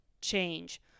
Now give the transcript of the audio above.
change